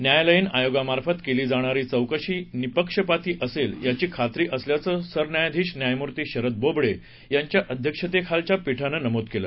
न्यायालयीन आयोगामार्फत केली जाणारी चौकशी निःपक्षपाती असेल याची खात्री असल्याचं सरन्यायाधीश न्यायमूर्ती शरद बोबडे यांच्या अध्यक्षतेखालच्या पीठानं नमूद केलं